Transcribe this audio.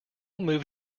moved